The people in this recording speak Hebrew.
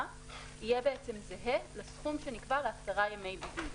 יהיה זהה לסכום שנקבע לעשרה ימי בידוד.